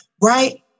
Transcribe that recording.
right